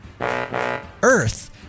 Earth